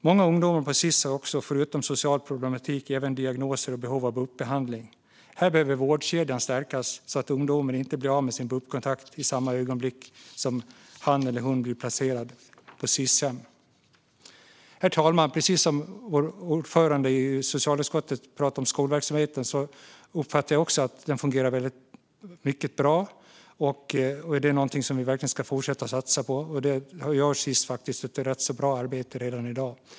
Många ungdomar på Sis-hem har förutom social problematik även diagnoser och behov av bup-behandling. Här behöver vårdkedjan stärkas så att ungdomen inte blir av med sin bup-kontakt i samma ögonblick som han eller hon blir placerad på Sis-hem. Herr talman! Precis som ordföranden i socialutskottet uppfattar också jag att skolverksamheten fungerar mycket bra. Det är något som vi verkligen ska fortsätta att satsa på, och där gör Sis faktiskt ett rätt bra arbete redan i dag.